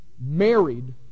married